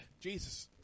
Jesus